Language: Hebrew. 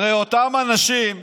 הרי אותם אנשים,